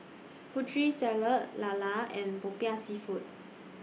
Putri Salad Lala and Popiah Seafood